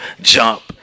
jump